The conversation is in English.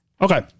Okay